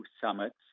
summits